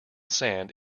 sand